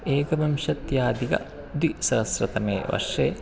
एकविंशत्यादिकद्विसहस्रतमे वर्षे